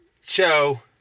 show